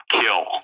kill